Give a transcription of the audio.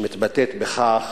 שמתבטאת בכך,